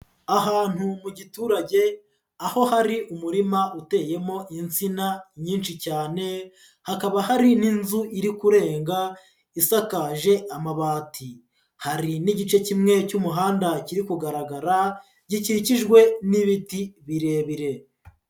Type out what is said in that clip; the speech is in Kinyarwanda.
Ahantu mu giturage aho hari umurima uteyemo insina nyinshi cyane, hakaba hari n'inzu iri kurenga isakaje amabati, hari n'igice kimwe cy'umuhanda kiri kugaragara gikikijwe n'ibiti birebire.